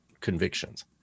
convictions